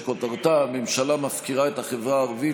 שכותרתה: הממשלה מפקירה את החברה הערבית,